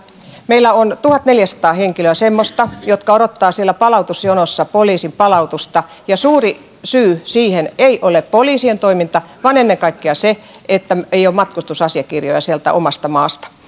meillä on tuhatneljäsataa semmoista henkilöä jotka odottavat siellä palautusjonossa poliisin palautusta ja suuri syy siihen ei ole poliisien toiminta vaan ennen kaikkea se että ei ole matkustusasiakirjoja sieltä omasta maasta